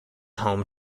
home